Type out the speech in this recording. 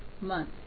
month